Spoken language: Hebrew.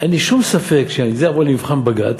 אין לי שום ספק שאם זה יבוא למבחן בג"ץ